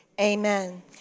Amen